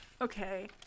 Okay